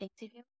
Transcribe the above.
interview